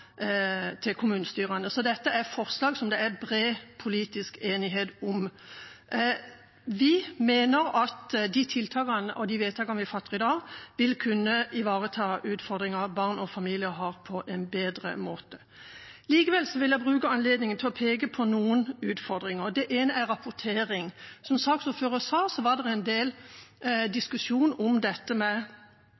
er forslag som det er bred politisk enighet om. Vi mener at tiltakene og de vedtakene vi fatter i dag, på en bedre måte vil kunne ivareta utfordringer barn og familier har. Likevel vil jeg bruke anledningen til å peke på noen utfordringer. Det ene er rapportering. Som saksordføreren sa, var det en del